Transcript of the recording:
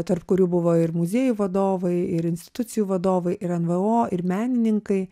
tarp kurių buvo ir muziejų vadovai ir institucijų vadovai ir nvo ir menininkai